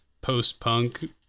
post-punk